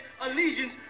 allegiance